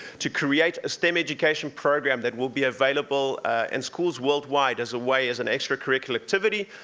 to create a stem education program that will be available in schools worldwide, as a way, as an extracurricular activity,